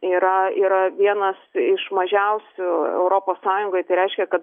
yra yra vienas iš mažiausių europos sąjungoj tai reiškia kad